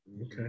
Okay